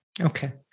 Okay